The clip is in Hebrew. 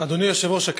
אדוני יושב-ראש הכנסת,